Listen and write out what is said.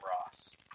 Ross